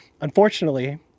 Unfortunately